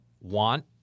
want